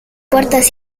puertas